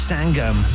Sangam